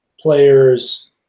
players